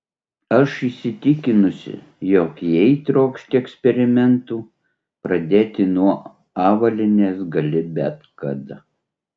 aš įsitikinusi jog jei trokšti eksperimentų pradėti nuo avalynės gali bet kada